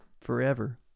forever